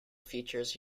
features